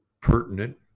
pertinent